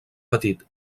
petit